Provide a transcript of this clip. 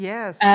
Yes